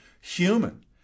human